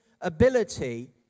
ability